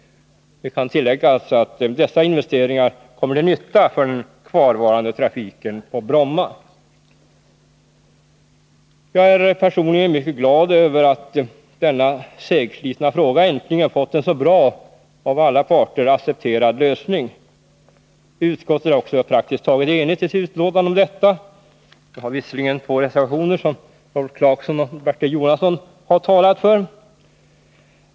Det kan tilläggas att dessa investeringar kommer till nytta för den kvarvarande trafiken på Bromma. Jag är personligen mycket glad över att denna segslitna fråga äntligen fått en så bra och av alla parter accepterad lösning. Utskottet är också praktiskt taget enigt om detta i sitt betänkande. Det finns visserligen två reservationer, som Rolf Clarkson och Bertil Jonasson här talat för.